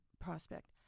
prospect